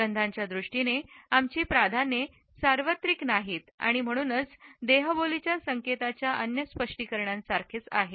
गंधाच्या दृष्टीने आमची प्राधान्ये सार्वत्रिक नाहीत आणि म्हणूनच देहबोलीच्या संकेताच्या अन्य स्पष्टीकरणांसारखेच आहेत